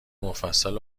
مفصل